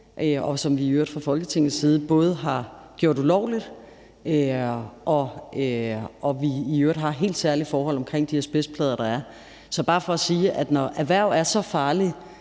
og vi har i øvrigt fra Folketingets side både gjort det ulovligt, og vi har i øvrigt helt særlige forhold omkring de asbestplader, der er. Så det er bare for at sige, at når erhverv er så farlige,